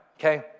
Okay